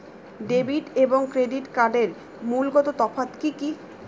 Debit এবং credit কার্ডের মূলগত তফাত কি কী?